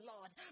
Lord